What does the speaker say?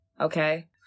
okay